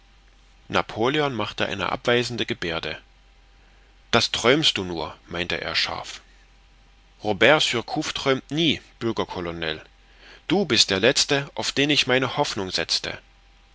napoleon machte eine abweisende geberde das träumst du nur meinte er scharf robert surcouf träumt nie bürger colonel du bist der letzte auf den ich meine hoffnung setzte